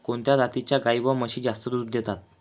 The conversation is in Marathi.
कोणत्या जातीच्या गाई व म्हशी जास्त दूध देतात?